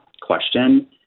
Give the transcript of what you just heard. question